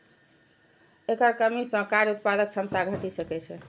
एकर कमी सं कार्य उत्पादक क्षमता घटि सकै छै